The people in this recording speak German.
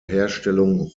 herstellung